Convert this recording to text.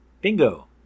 Bingo